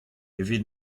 evit